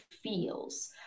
Feels